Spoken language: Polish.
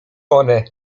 one